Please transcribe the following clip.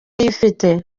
yifite